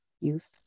youth